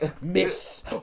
Miss